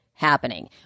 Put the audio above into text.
happening